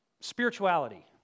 spirituality